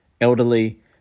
elderly